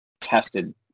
tested